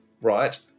right